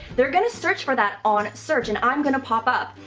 they're going to search for that on search and i'm going to pop up.